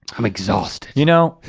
i'm exhausted. you know